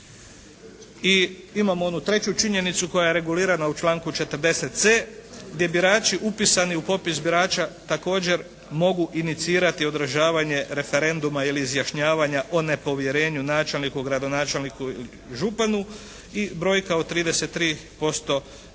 I imamo onu treću činjenicu koja je regulirana u članku 40.c gdje birači upisani u popis birača također mogu inicirati održavanje referenduma ili izjašnjavanja o nepovjerenju načelniku, gradonačelniku i županu i brojka od 33% birača